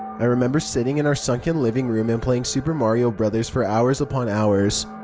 i remember sitting in our sunken living room and playing super mario bros. for hours upon hours,